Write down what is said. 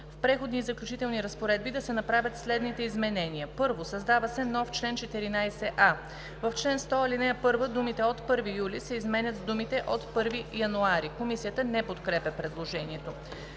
„В Преходни и заключителни разпоредби да се направят следните изменения: 1. Създава се нов чл. 14а: „В чл. 100, ал. 1 думите „от 1 юли“ се изменят с думите „от 1 януари“. Комисията не подкрепя предложението.